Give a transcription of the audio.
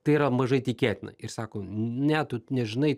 tai yra mažai tikėtina ir sako ne tu nežinai